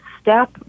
step